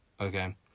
okay